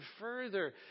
further